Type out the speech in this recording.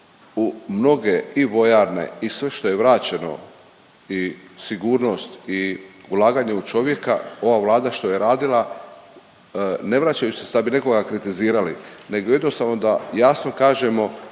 u mnoge i vojarne i sve što je vraćeno i sigurnost i ulaganje u čovjeka, ova Vlada što je radila, ne vraćaju se da bi nekoga kritizirali nego jednostavno da jasno kažemo